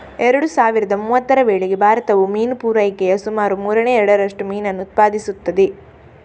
ಎರಡು ಸಾವಿರದ ಮೂವತ್ತರ ವೇಳೆಗೆ ಭಾರತವು ಮೀನು ಪೂರೈಕೆಯ ಸುಮಾರು ಮೂರನೇ ಎರಡರಷ್ಟು ಮೀನನ್ನು ಉತ್ಪಾದಿಸುತ್ತದೆ